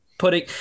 putting